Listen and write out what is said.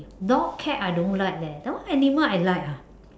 dog cat I don't like leh then what animal I like ah